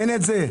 אין את זה.